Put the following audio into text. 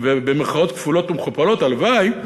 במירכאות כפולות ומכופלות, הלוואי,